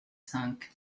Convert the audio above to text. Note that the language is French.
cinq